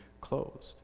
closed